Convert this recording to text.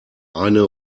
eine